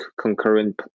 concurrent